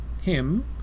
Him